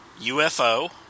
UFO